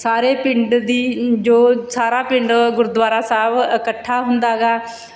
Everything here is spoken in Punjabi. ਸਾਰੇ ਪਿੰਡ ਦੀ ਜੋ ਸਾਰਾ ਪਿੰਡ ਗੁਰਦੁਆਰਾ ਸਾਹਿਬ ਇਕੱਠਾ ਹੁੰਦਾ ਗਾ